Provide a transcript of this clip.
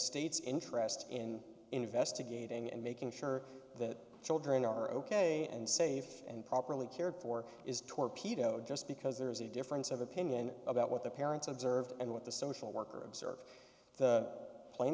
state's interest in investigating and making sure that children are ok and safe and properly cared for is torpedoed just because there is a difference of opinion about what the parents observed and what the social worker observed the pla